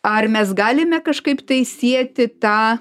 ar mes galime kažkaip tai sieti tą